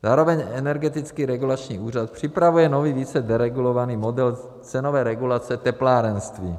Zároveň Energetický regulační úřad připravuje nový, více deregulovaný model cenové regulace teplárenství.